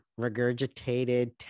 regurgitated